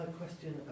question